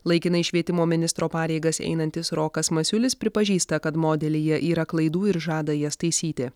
laikinai švietimo ministro pareigas einantis rokas masiulis pripažįsta kad modelyje yra klaidų ir žada jas taisyti